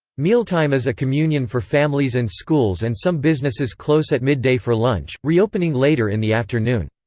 mealtime is a communion for families and schools and some businesses close at midday for lunch, reopening later in the afternoon.